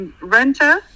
renter